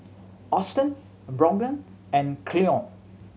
Austen Brogan and Cleone